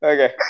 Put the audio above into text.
Okay